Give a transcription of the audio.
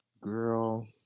Girl